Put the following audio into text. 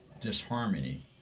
disharmony